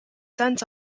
sent